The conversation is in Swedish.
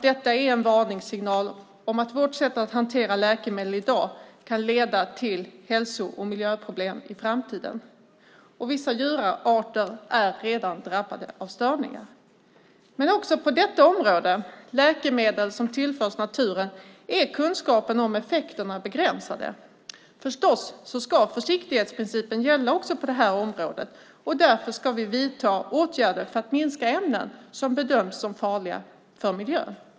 Detta är en varningssignal om att vårt sätt att hantera läkemedel i dag kan leda till hälso och miljöproblem i framtiden. Vissa djurarter är redan drabbade av störningar. Men också på detta område, läkemedel som tillförs naturen, är kunskapen om effekterna begränsade. Försiktighetsprincipen ska förstås gälla också på det här området, och därför ska vi vidta åtgärder för att minska ämnen som bedöms farliga för miljön.